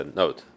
note